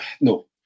no